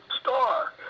star